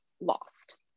lost